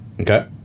Okay